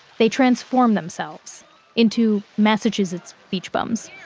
they transformed themselves into massachusetts beach bums